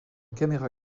caméra